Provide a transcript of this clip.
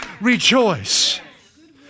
rejoice